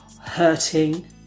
hurting